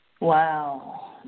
Wow